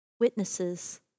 Witnesses